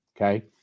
Okay